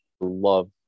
love